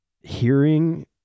hearing